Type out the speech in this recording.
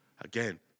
Again